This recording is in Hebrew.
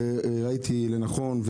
ראיתי לנכון,